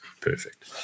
perfect